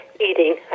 eating